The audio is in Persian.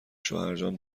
شوهرجان